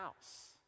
house